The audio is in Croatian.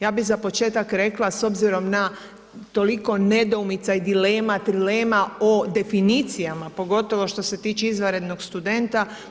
Ja bi za početak rekla s obzirom na toliko nedoumica i dilema, trilema o definicijama pogotovo što se tiče izvanrednog studenta.